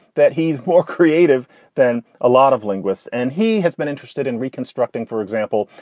that he's more creative than a lot of linguists. and he has been interested in reconstructing, for example,